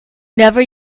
never